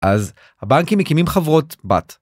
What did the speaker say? אז הבנקים מקימים חברות בת.